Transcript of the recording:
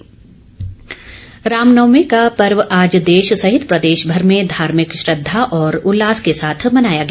रामनवमी रामनवमी का पर्व आज देश सहित प्रदेश भर में धार्मिक श्रद्धा और उल्लास के साथ मनाया गया